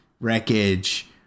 wreckage